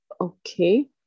okay